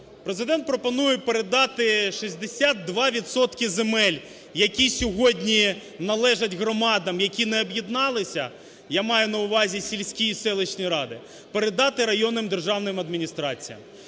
Президент пропонує передати 62 відсотки земель, які сьогодні належать громадам, які не об'єдналися, я маю на увазі сільські і селищні ради, передати районним державним адміністраціям.